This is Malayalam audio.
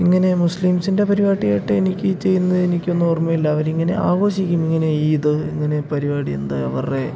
ഇങ്ങനെ മുസ്ലിംസിൻ്റെ പരിപാടിയായിട്ട് എനിക്ക് ചെയ്യുന്നത് എനിക്കൊന്നും ഓർമ്മയില്ല അവരിങ്ങനെ ആഘോഷിക്കും ഇങ്ങനെ ഈദ് ഇങ്ങനെ പരിപാടി എന്ത് അവരുടെ